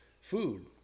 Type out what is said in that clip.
food